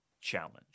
challenge